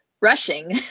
rushing